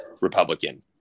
Republican